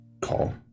call